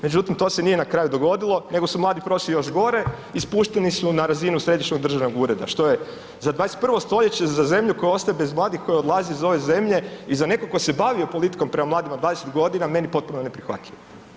Međutim, to ne nije na kraju dogodilo nego su mladi prošli još gore i spušteni su na razinu središnjeg državnog ureda što je za 21. stoljeće za zemlju koja ostaje bez mladih koji odlaze iz ove zemlje i za nekog tko se bavio politikom prema mladima 20 godina meni potpuno neprihvatljivo.